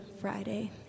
Friday